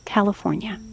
California